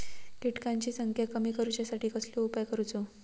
किटकांची संख्या कमी करुच्यासाठी कसलो उपाय करूचो?